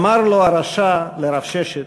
אמר לו הרשע, לרב ששת: